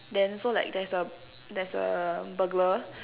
then so like there's a there's a burglar